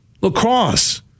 Lacrosse